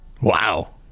Wow